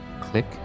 click